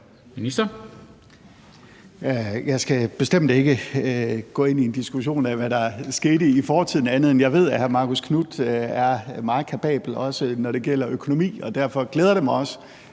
Wammen): Jeg skal bestemt ikke gå ind i en diskussion af, hvad der skete i fortiden, men blot sige, at jeg ved, at hr. Marcus Knuth er meget kapabel, også når det gælder økonomi, og derfor glæder det mig også,